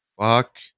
fuck